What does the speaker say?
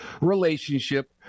relationship